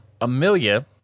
Amelia